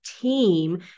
team